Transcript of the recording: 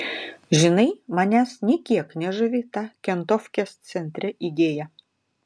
žinai manęs nė kiek nežavi ta kentofkės centre idėja